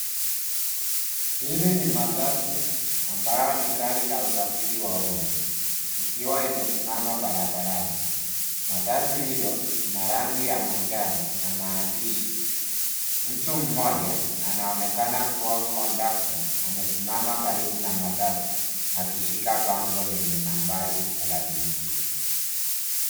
Hili ni matatu ambayo ni gari la usafiri wa umma ikiwa imesimama barabarani. Matatu hiyo ina rangi ya manjano na maandishi. Mtu mmoja anaonekana kuwa kondakta amesimama karibu na matatu akishika bango lenye nambari thelathini.